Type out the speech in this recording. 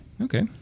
Okay